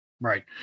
Right